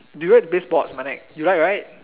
do you like to play sports mannek you like right